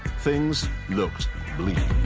things looked bleak.